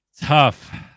tough